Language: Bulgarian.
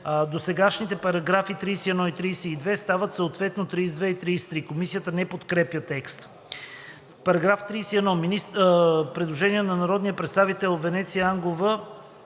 Досегашните параграфи 31 и 32 стават съответно 32 и 33. Комисията не подкрепя предложението. По § 31 има предложение на народния представител Венеция Ангова